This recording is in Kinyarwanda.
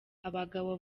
abagabo